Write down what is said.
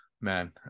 man